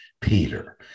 Peter